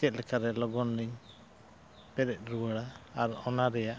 ᱪᱮᱫ ᱞᱮᱠᱟᱨᱮ ᱞᱚᱜᱚᱱ ᱞᱤᱧ ᱯᱮᱨᱮᱡ ᱨᱩᱣᱟᱹᱲᱟ ᱟᱨ ᱚᱱᱟ ᱨᱮᱱᱟᱜ